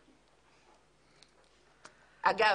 אגב,